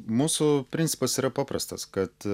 mūsų principas yra paprastas kad